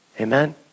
Amen